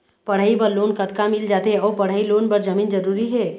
पढ़ई बर लोन कतका मिल जाथे अऊ पढ़ई लोन बर जमीन जरूरी हे?